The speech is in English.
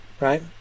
Right